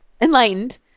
enlightened